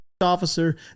officer